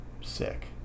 sick